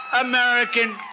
American